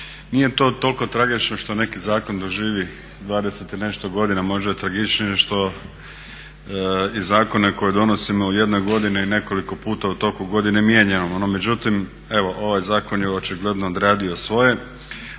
Nije to toliko tragično što neki zakon doživi 20 i nešto godina, možda je tragičnije što i zakone koje donosimo u jednoj godini nekoliko puta u toku godine mijenjao. No međutim, evo ovaj zakon je očigledno odradio svoje,